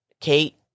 Kate